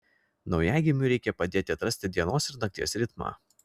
naujagimiui reikia padėti atrasti dienos ir nakties ritmą